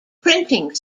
printing